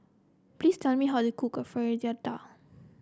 please tell me how to cook Fritada